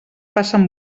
passen